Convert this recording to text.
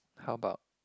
how about